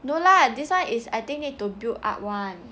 no lah this one is I think need to build up [one]